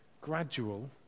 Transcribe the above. gradual